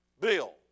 Bill